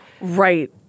Right